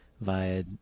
via